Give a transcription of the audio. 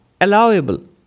allowable